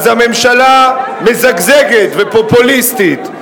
אז הממשלה מזגזגת ופופוליסטית.